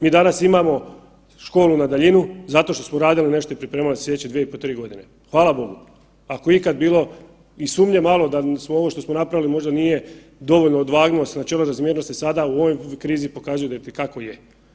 Mi danas imamo školu na daljinu zato što smo radili nešto i pripremali slijedeće 2,5 i 3 godine, hvala Bogu, ako je ikad bilo i sumnje malo da smo ovo što smo napravili možda nije dovoljno odvagnuo se načelo razmjernosti sada u ovoj krizi pokazuje da i te kako je.